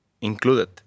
included